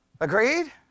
Agreed